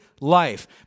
life